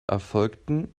erfolgten